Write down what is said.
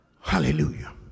Hallelujah